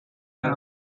haben